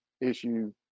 issue